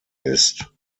ist